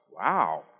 Wow